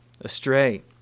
astray